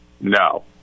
No